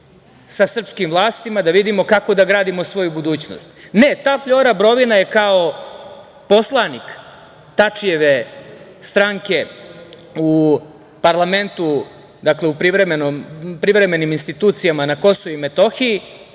sa srpskim vlastima, da vidimo kako da gradimo svoju budućnost. Ne, ta Flora Brovina je kao poslanik Tačijeve stranke u parlamentu, dakle u privremenim institucijama na Kosovu i Metohiji,